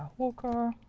worker.